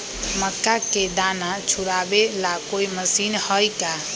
मक्का के दाना छुराबे ला कोई मशीन हई का?